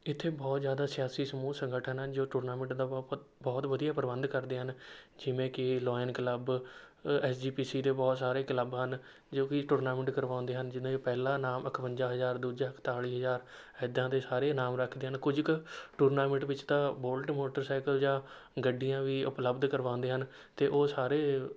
ਇੱਥੇ ਬਹੁਤ ਜ਼ਿਆਦਾ ਸਿਆਸੀ ਸਮੂਹ ਸੰਗਠਨ ਹਨ ਜੋ ਟੂਰਨਾਮੈਂਟ ਦਾ ਬਹੁਤ ਪ ਬਹੁਤ ਵਧੀਆ ਪ੍ਰਬੰਧ ਕਰਦੇ ਹਨ ਜਿਵੇਂ ਕਿ lion club S G P C ਦੇ ਬਹੁਤ ਸਾਰੇ ਕਲੱਬ ਹਨ ਜੋ ਕਿ ਟੂਰਨਾਮੈਂਟ ਕਰਵਾਉਂਦੇ ਹਨ ਜਿਨ੍ਹਾਂ 'ਚ ਪਹਿਲਾ ਇਨਾਮ ਇੱਕਵੰਜਾ ਹਜ਼ਾਰ ਦੂਜਾ ਇੱਕਤਾਲੀ ਹਜ਼ਾਰ ਏਦਾਂ ਦੇ ਸਾਰੇ ਇਨਾਮ ਰੱਖਦੇ ਹਨ ਕੁਝ ਕੁ ਟੂਰਨਾਮੈਂਟ ਵਿੱਚ ਤਾਂ ਬੌਲਟ ਮੌਟਰਸਾਇਕਲ ਜਾਂ ਗੱਡੀਆਂ ਵੀ ਉਪਲਬਧ ਕਰਵਾਉਂਦੇ ਹਨ ਅਤੇ ਉਹ ਸਾਰੇ